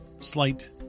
slight